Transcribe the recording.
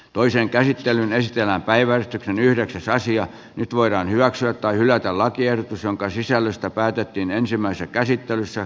toisen käsittelyn esteenä päivän yhdeksäs nyt voidaan hyväksyä tai hylätä lakiehdotus jonka sisällöstä päätettiin ensimmäisessä käsittelyssä